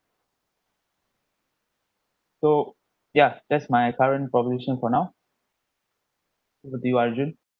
so ya that's my current proposition for now what do you arjun